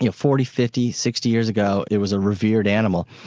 you know forty, fifty, sixty years ago it was a revered animal,